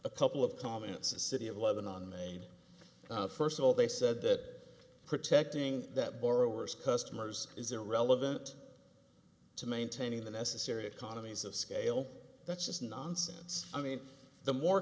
a couple of comments a city of eleven on may first of all they said that protecting that borrowers customers is irrelevant to maintaining the necessary economies of scale that's just nonsense i mean the more